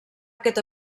aquest